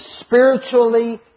spiritually